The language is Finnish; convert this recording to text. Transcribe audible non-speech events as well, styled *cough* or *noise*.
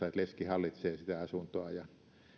*unintelligible* että leski hallitsee sitä asuntoa ja